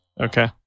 okay